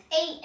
Eight